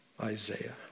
Isaiah